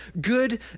good